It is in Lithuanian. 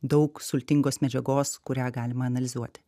daug sultingos medžiagos kurią galima analizuoti